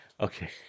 Okay